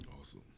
Awesome